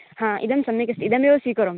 आम् इदं सम्यगस्ति इदमेव स्वीकरोमि